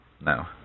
No